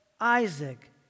Isaac